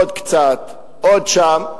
עוד קצת, עוד שם.